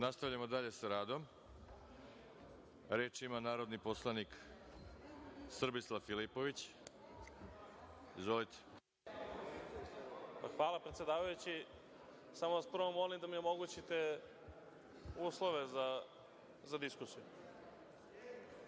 Nastavljamo dalje sa radom. Reč ima narodni poslanik Srbislav Filipović. Izvolite. **Srbislav Filipović** Hvala, predsedavajući. Samo vas prvo molim da mi omogućite uslove za diskusiju.